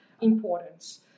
importance